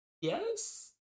yes